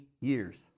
years